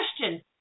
question